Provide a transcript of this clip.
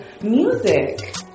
music